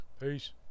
Peace